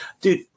dude